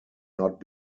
not